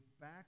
back